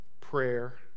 prayer